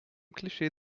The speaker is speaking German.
klischee